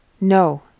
No